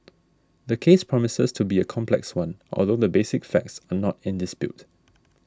the case promises to be a complex one although the basic facts are not in dispute